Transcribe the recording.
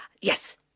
Yes